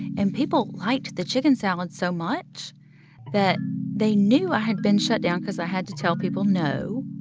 and people liked the chicken salad so much that they knew i had been shut down because i had to tell people, no.